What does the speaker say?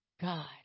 God